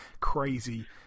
crazy